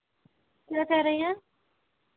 क्या कह रही हैं